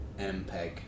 MPEG